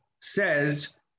says